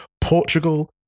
Portugal